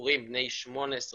ובחורים בני 19-18,